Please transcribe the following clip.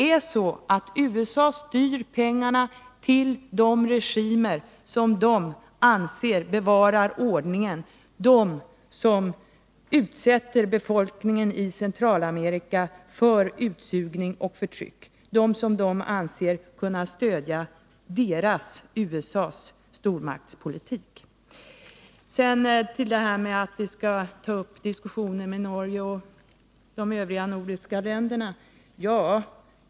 USA styr pengarna till de regimer som USA anser bevarar ordningen — de som utsätter befolkningen i Centralamerika för utsugning och förtryck och de som USA anser stödjer USA:s stormaktspolitik. Det har här sagts att vi skall ta upp en diskussion med Norge och de övriga nordiska länderna.